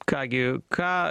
ką gi ką